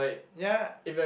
ya